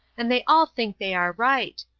and they all think they are right.